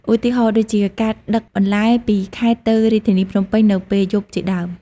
ឧទាហរណ៍ដូចជាការដឹកបន្លែពីខេត្តទៅរាជធានីភ្នំពេញនៅពេលយប់ជាដើម។